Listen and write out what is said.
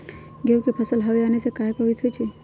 गेंहू के फसल हव आने से काहे पभवित होई छई?